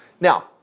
Now